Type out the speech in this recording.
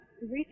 Research